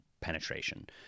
penetration